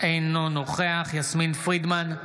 אינו נוכח יסמין פרידמן,